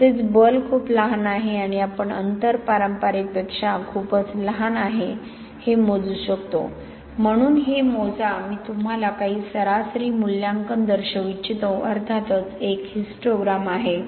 तसेच बल खूप लहान आहे आणि आपण अंतर पारंपारिक पेक्षा खूपच लहान आहे हे मोजू शकतो म्हणून हे मोजा मी तुम्हाला काही सरासरी मूल्यांकन दर्शवू इच्छितो अर्थातच एक हिस्टोग्राम आहे